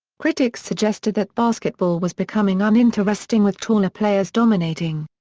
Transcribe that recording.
critics suggested that basketball was becoming uninteresting with taller players dominating.